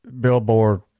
billboard